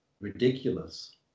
ridiculous